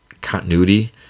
continuity